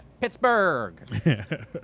Pittsburgh